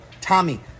Tommy